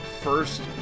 first